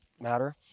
matter